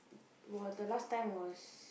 was the last time was